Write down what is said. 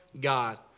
God